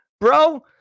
bro